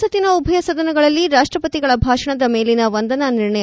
ಸಂಸತ್ತಿನ ಉಭಯ ಸದನಗಳಲ್ಲಿ ರಾಷ್ಟ್ರಪತಿಗಳ ಭಾಷಣದ ಮೇಲಿನ ವಂದನಾ ನಿರ್ಣಯ